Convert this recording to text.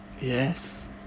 Yes